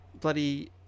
bloody